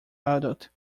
adult